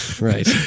Right